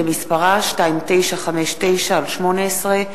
שמספרה 2959/18,